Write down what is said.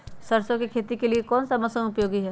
सरसो की खेती के लिए कौन सा मौसम उपयोगी है?